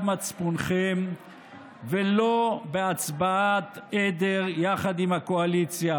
מצפונכם ולא בהצבעת עדר יחד עם הקואליציה,